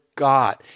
God